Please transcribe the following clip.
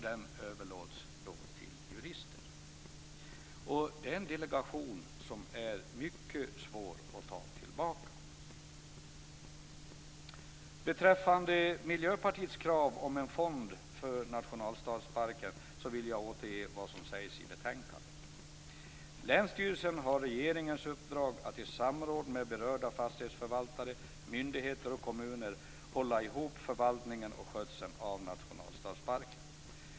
Den överlåts då till jurister. Och det är en delegation som är mycket svår att ta tillbaka. Beträffande Miljöpartiets krav på en fond för nationalstadsparken vill jag återge vad som sägs i betänkandet. Länsstyrelsen har regeringens uppdrag att i samråd med berörda fastighetsförvaltare, myndigheter och kommuner hålla ihop förvaltningen och skötseln av nationalstadsparken.